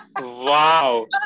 Wow